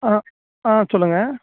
ஆ ஆ சொல்லுங்க